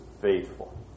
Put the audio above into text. faithful